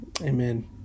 Amen